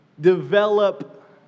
develop